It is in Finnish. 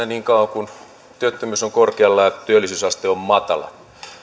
niin kauan kuin työttömyys on korkealla ja työllisyysaste on matala